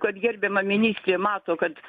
kad gerbiama ministrė mato kad